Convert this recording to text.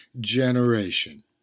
generation